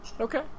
Okay